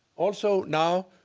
also now,